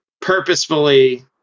purposefully